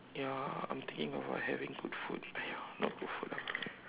ya I'm thinking about having good food !aiya! not good food lah